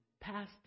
past